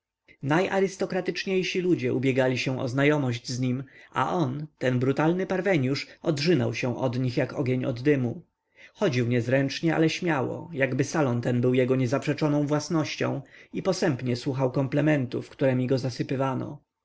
głowę przerasta towarzystwo najarystokratyczniejsi ludzie ubiegali się o znajomość z nim a on ten brutalny parweniusz odrzynał się od nich jak ogień od dymu chodził niezręcznie ale śmiało jakby salon ten był jego niezaprzeczoną własnością i posępnie słuchał komplimentów któremi go zasypywano